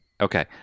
Okay